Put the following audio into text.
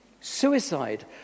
Suicide